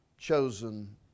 Chosen